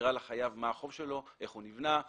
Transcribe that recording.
שמסבירה לחייב מה החוב שלו, איך הוא נבנה.